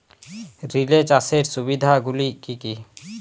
Relay চাষের সুবিধা গুলি কি কি?